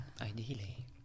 Ideally